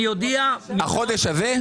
החודש הזה?